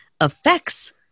affects